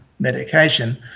medication